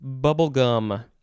bubblegum